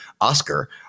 Oscar